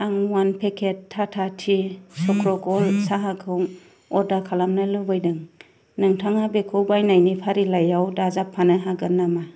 आं अ'यान packet Tata tea Chakra gold साहाखौ अर्दार खालामनो लुबैदों नोंथाङा बेखौ बायनायनि फारिलाइयाव दाजाबफानो हागोन नामा